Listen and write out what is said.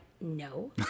no